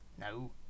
No